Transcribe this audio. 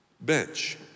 bench